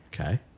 Okay